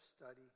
study